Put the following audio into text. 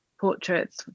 portraits